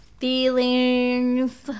feelings